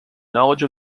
knowledge